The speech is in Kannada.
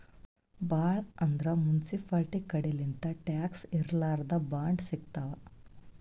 ಭಾಳ್ ಅಂದ್ರ ಮುನ್ಸಿಪಾಲ್ಟಿ ಕಡಿಲಿಂತ್ ಟ್ಯಾಕ್ಸ್ ಇರ್ಲಾರ್ದ್ ಬಾಂಡ್ ಸಿಗ್ತಾವ್